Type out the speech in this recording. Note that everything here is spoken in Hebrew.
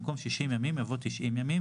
במקום "60 ימים" יבוא "90 ימים",